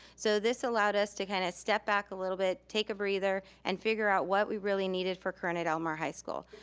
so this allowed us to kinda step back a little bit, take a breather and figure out what we really needed for corona del mar high school.